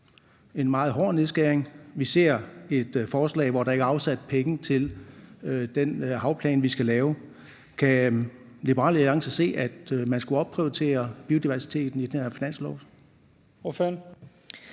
en meget hård nedskæring. Vi ser et forslag, hvor der ikke er afsat penge til den havplan, vi skal lave. Kan Liberal Alliance se, at man skulle opprioritere biodiversiteten i den her finanslov?